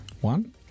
One